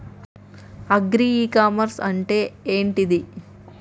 Agri e commerce అంటే ఏంటిది?